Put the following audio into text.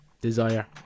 desire